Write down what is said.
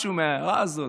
משהו, מהעיירה הזאת.